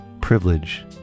privilege